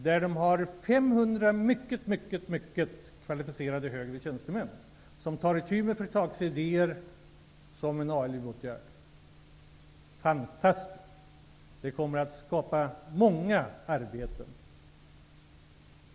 Där har de 500 mycket kvalificerade högre tjänstemän som tar itu med företagsidéer som en ALU-åtgärd. Det var fantastiskt. Den åtgärden kommer att skapa många arbeten.